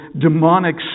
demonic